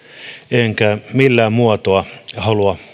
enkä millään muotoa halua